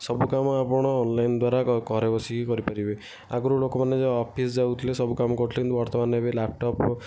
ସବୁ କାମ ଆପଣ ଅନଲାଇନ୍ ଦ୍ଵାରା ଘରେ ବସିକି କରିପାରିବେ ଆଗରୁ ଲୋକମାନେ ଅଫିସ୍ ଯାଉଥିଲେ ସବୁ କାମ କରୁଥିଲେ କିନ୍ତୁ ବର୍ତ୍ତମାନ ଏବେ ଲ୍ୟାପ୍ଟପ୍